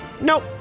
Nope